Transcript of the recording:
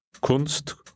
Kunst